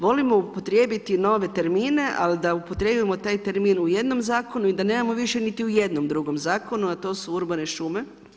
Volimo upotrijebiti nove termine, ali da upotrijebimo taj termin u jednom zakonu i da nemamo više niti u jednom drugom zakonu a to urbane šume.